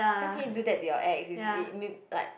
how can you do that to your ex is it me like